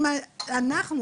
אם אנחנו,